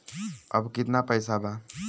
अब कितना पैसा बा?